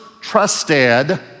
trusted